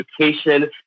education